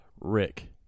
Rick